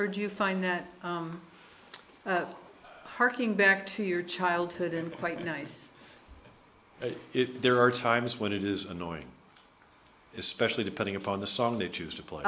or do you find that harking back to your childhood and quite nice if there are times when it is annoying especially depending upon the song they choose to play